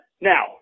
Now